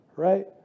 Right